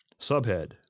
Subhead